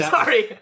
Sorry